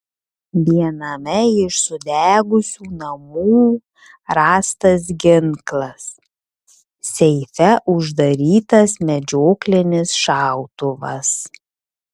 viename iš sudegusių namų rastas ginklas seife uždarytas medžioklinis šautuvas